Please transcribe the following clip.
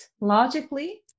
logically